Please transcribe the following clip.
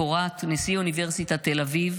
לדעת מאיפה היא מכירה את המנטליות הערבית.